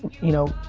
you know,